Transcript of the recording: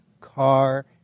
car